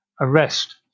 arrest